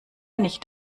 nicht